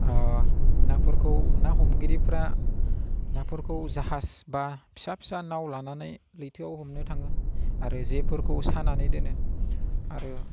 नाफोरखौ ना हमगिरिफोरा नाफोरखौ जाहाज एबा फिसा फिसा नाव लानानै लैथोआव हमनो थाङो आरो जेफोरखौ सानानै दोनो आरो